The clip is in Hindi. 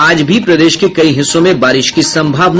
आज भी प्रदेश के कई हिस्सों में बारिश की संभावना